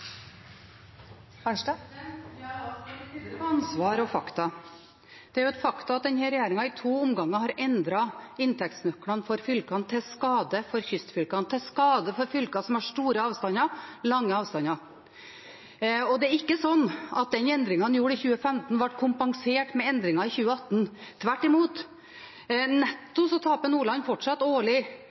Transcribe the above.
på ansvar og fakta. Det er et faktum at denne regjeringen i to omganger har endret inntektsnøklene til fylkene – til skade for kystfylkene, til skade for fylker som har store avstander, lange avstander. Det er ikke slik at den endringen en gjorde i 2015, ble kompensert med endringen i 2018, tvert imot. Netto taper Nordland fortsatt årlig